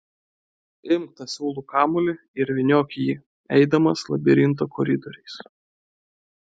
imk tą siūlų kamuolį ir vyniok jį eidamas labirinto koridoriais